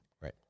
Right